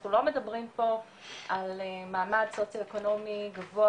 אנחנו לא מדברים פה על מעמד סוציו-אקונומי גבוה